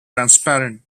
transparent